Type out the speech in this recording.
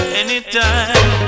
anytime